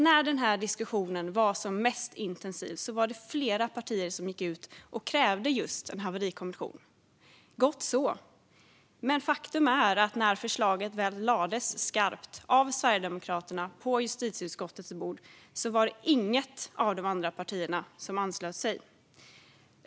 När den här diskussionen var som mest intensiv var det flera partier som gick ut och krävde just en haverikommission - gott så. Men faktum är att när förslaget väl lades skarpt av Sverigedemokraterna på justitieutskottets bord var det inget av de andra partierna som anslöt sig.